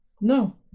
No